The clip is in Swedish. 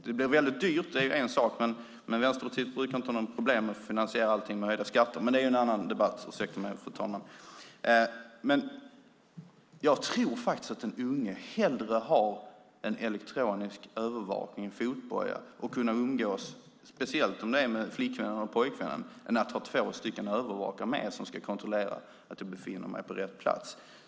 Det blir väldigt dyrt - det är en sak, men Vänsterpartiet brukar inte ha några problem med att finansiera allting med höjda skatter - men det är en annan debatt. Ursäkta mig, fru talman. Men jag tror faktiskt att den unge hellre väljer att ha en elektronisk övervakning, en fotboja, och kan umgås med speciellt flickvännen eller pojkvännen än att ha två övervakare med som ska kontrollera att man befinner sig på rätt plats.